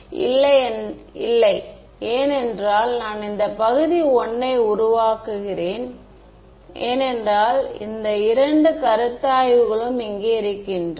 மாணவர் இல்லை ஏனென்றால் நான் இந்த பகுதி I யை உருவாக்குகிறேன் ஏனென்றால் இந்த இரண்டு கருத்தாய்வுகளும் இங்கே இருக்கின்றன